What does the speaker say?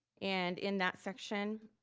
and in that section,